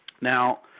Now